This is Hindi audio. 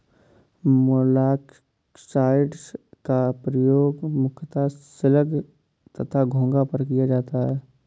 मोलॉक्साइड्स का प्रयोग मुख्यतः स्लग तथा घोंघा पर किया जाता है